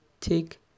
take